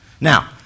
now